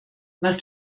was